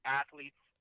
athletes